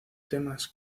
temas